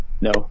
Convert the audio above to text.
No